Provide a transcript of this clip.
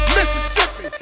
Mississippi